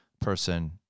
person